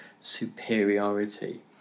superiority